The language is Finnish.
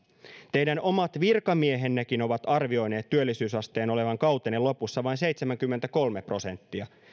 teidän omat virkamiehennekin ovat arvioineet työllisyysasteen olevan kautenne lopussa vain seitsemänkymmentäkolme prosenttia